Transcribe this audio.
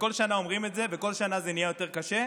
בכל שנה אומרים את זה, ובכל שנה זה נהיה יותר קשה,